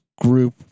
group